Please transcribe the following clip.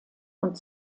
und